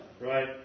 Right